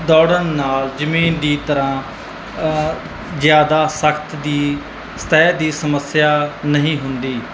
ਦੌੜਨ ਨਾਲ ਜ਼ਮੀਨ ਦੀ ਤਰ੍ਹਾਂ ਜ਼ਿਆਦਾ ਸਖਤ ਦੀ ਸਤਹਿ ਦੀ ਸਮੱਸਿਆ ਨਹੀਂ ਹੁੰਦੀ